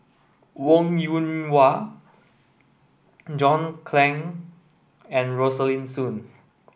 Wong Yoon Wah John Clang and Rosaline Soon